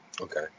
Okay